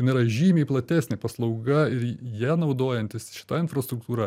jinai yra žymiai platesnė paslauga ir ja naudojantis šita infrastruktūra